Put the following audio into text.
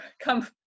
come